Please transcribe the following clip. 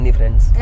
friends